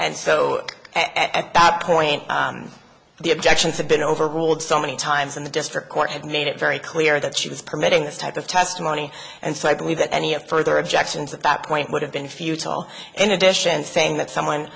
and so at that point the objections have been overruled so many times in the district court had made it very clear that she was permitting this type of testimony and so i believe that any of further objections at that point would have been futile in addition to saying that someone